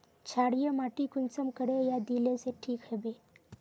क्षारीय माटी कुंसम करे या दिले से ठीक हैबे?